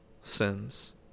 sins